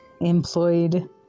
employed